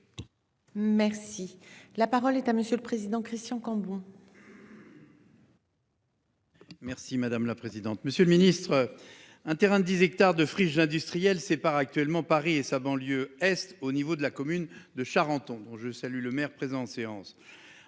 Merci la parole est à monsieur le président, Christian Cambon. Merci madame la présidente. Monsieur le Ministre. Un terrain de 10 hectares de friches industrielles sépare actuellement Paris et sa banlieue Est au niveau de la commune de Charenton, dont je salue le maire présent séance